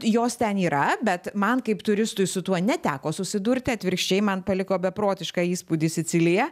jos ten yra bet man kaip turistui su tuo neteko susidurti atvirkščiai man paliko beprotišką įspūdį sicilija